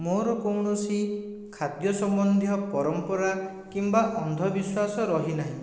ମୋ'ର କୌଣସି ଖାଦ୍ୟ ସମ୍ବନ୍ଧୀୟ ପରମ୍ପରା କିମ୍ବା ଅନ୍ଧବିଶ୍ୱାସ ରହି ନାହିଁ